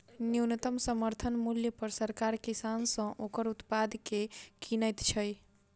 न्यूनतम समर्थन मूल्य पर सरकार किसान सॅ ओकर उत्पाद के किनैत छै